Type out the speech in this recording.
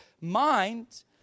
mind